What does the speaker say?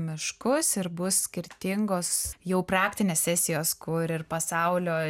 miškus ir bus skirtingos jau praktinės sesijos kur ir pasaulio